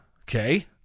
okay